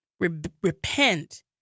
repent